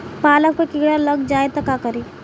पालक पर कीड़ा लग जाए त का करी?